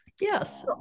Yes